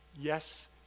Yes